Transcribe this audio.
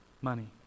money